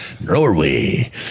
Norway